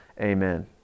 Amen